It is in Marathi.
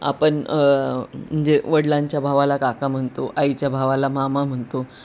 आपण म्हणजे वडिलांच्या भावाला काका म्हणतो आईच्या भावाला मामा म्हणतो